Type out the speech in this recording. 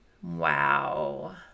Wow